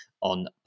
on